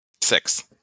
Six